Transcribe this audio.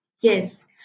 Yes